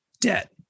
debt